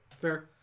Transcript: Fair